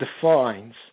defines